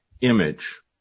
image